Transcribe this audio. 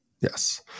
Yes